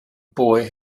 boy